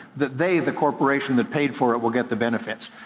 that they, the corporation that paid for it, will get the benefits.